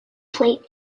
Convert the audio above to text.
plate